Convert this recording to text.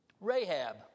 Rahab